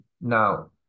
Now